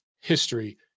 history